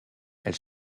elle